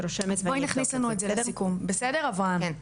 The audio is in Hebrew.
אוקי, אז נכניס את זה לסיכום, בסדר אברהם?